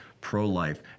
pro-life